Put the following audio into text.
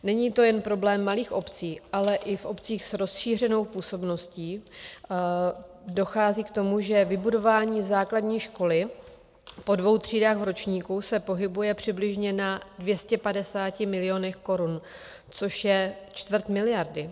Není to jen problém v malých obcích, ale i v obcích s rozšířenou působností dochází k tomu, že vybudování základní školy po dvou třídách v ročníku se pohybuje přibližně na 250 milionech korun, což je čtvrt miliardy.